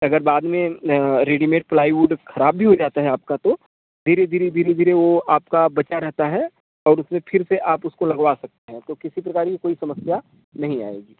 अगर बाद में रेडीमेड प्लाईवुड ख़राब भी हो जाता है आपका तो धीरे धीरे धीरे धीरे वो आपका बचा रहता है और उसमें फिर से आप उसको लगवा सकते हैं तो किसी प्रकार की कोई समस्या नहीं आएगी